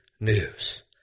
news